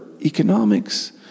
economics